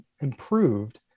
improved